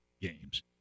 games